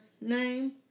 name